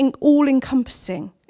all-encompassing